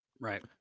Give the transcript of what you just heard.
Right